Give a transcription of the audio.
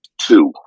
Two